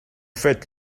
faites